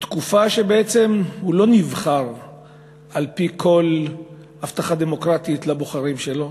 תקופה שבה בעצם הוא לא נבחר על-פי כל הבטחה דמוקרטית לבוחרים שלו,